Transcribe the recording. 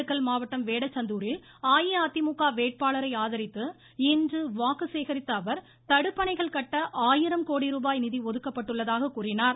திண்டுக்கல் மாவட்டம் வேடசந்தூாில் அஇஅதிமுக வேட்பாளரை ஆதாித்து இன்று வாக்கு சேகரித்த அவர் தடுப்பணைகள் கட்ட ஒதுக்கப்பட்டுள்ளதாக கூறினார்